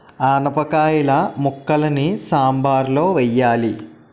ఆనపకాయిల ముక్కలని సాంబారులో వెయ్యాలి